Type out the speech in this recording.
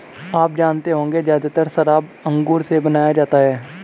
आप जानते होंगे ज़्यादातर शराब अंगूर से बनाया जाता है